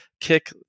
kick